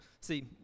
See